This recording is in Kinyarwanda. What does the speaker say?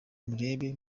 murebe